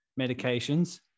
medications